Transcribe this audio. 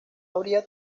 habría